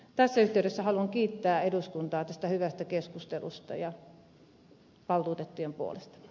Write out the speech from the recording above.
tässä yhteydessä haluan kiittää eduskuntaa tästä hyvästä keskustelusta ja valtuutettujen puolesta